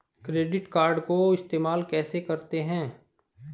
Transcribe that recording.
Credit card को इस्तेमाल कैसे करते हैं?